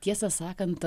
tiesą sakant